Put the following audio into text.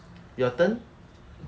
your turn